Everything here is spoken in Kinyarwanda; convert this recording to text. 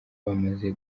bamaze